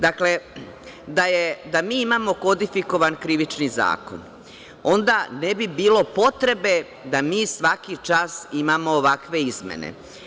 Dakle, da mi imamo kodifikovan Krivični zakon, onda ne bi bilo potrebe da mi svaki čas imamo ovakve izmene.